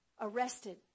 Arrested